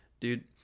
Dude